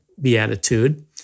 beatitude